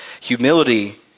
humility